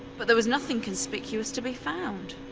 but there was nothing conspicuous to be found.